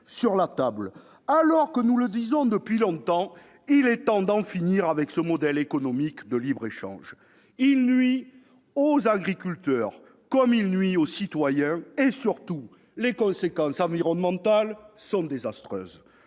sur la table -, alors que, comme nous le disons depuis longtemps, il est temps d'en finir avec ce modèle économique de libre-échange. Celui-ci nuit aux agriculteurs comme aux citoyens et, surtout, les conséquences environnementales sont désastreuses.